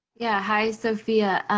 yeah. hi, sophia.